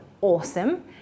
awesome